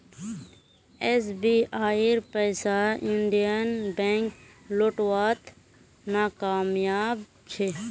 एसबीआईर पैसा Indian Bank लौटव्वात नाकामयाब छ